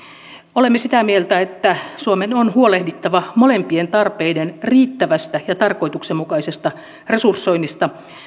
olemme sitä mieltä että suomen on huolehdittava molempien tarpeiden riittävästä ja tarkoituksenmukaisesta resursoinnista